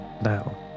now